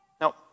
no